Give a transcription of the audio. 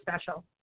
special